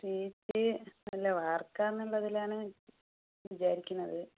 sheet അല്ല വാർക്കാമെന്നുള്ളതിലാണ് വിചാരിക്കുന്നത്